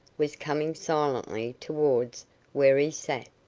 was coming silently towards where he sat.